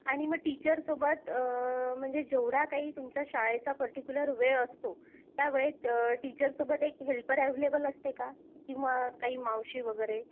आणि मग टीचरसोबत म्हणजे जेवढा काही तुमचा शाळेचा पर्टिक्युलर वेळ असतो त्या वेळेत टीचरसोबत एक हेल्पर ॲव्हेलेबल असते का किंवा काही मावशी वगैरे